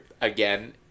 again